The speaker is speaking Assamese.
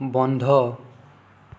বন্ধ